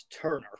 Turner